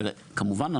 כמובן,